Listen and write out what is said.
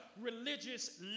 religious